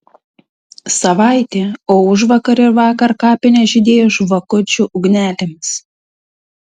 savaitė o užvakar ir vakar kapinės žydėjo žvakučių ugnelėmis